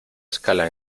escala